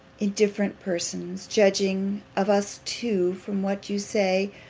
indifferent persons, judging of us two from what you say,